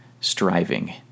striving